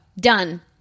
done